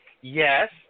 Yes